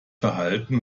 verhalten